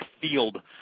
field